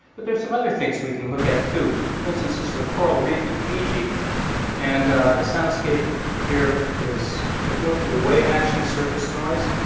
but there are some other things we can look at too. for instance, this is a coral reef in fiji and the soundscape here is is mostly wave action surface noise,